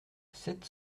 sept